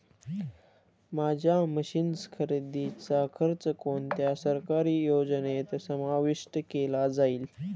माझ्या मशीन्स खरेदीचा खर्च कोणत्या सरकारी योजनेत समाविष्ट केला जाईल?